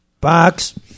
box